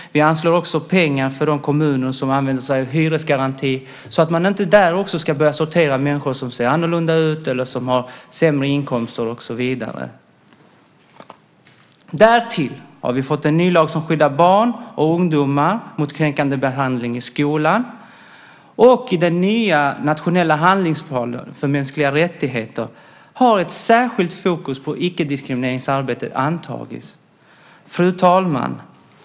Vi anslår också pengar för de kommuner som använder sig av hyresgaranti så att man inte där också ska börja sortera människor som ser annorlunda ut, som har sämre inkomster och så vidare. Därtill har vi fått en ny lag som skyddar barn och ungdomar mot kränkande behandling i skolan. I den nya nationella handlingsplanen för mänskliga rättigheter har också ett särskilt fokus på icke-diskrimineringsarbete antagits. Fru talman!